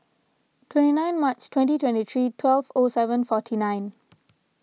twenty nine March twenty twenty three twelve O seven forty nine